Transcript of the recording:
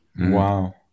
Wow